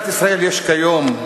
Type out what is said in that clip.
ישראל,